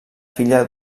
filla